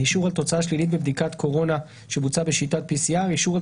"אישור על תוצאה שלילית בבדיקת קורונה שבוצעה בשיטת PCR" אישור על